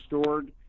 stored